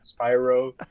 spyro